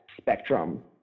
spectrum